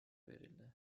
verildi